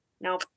No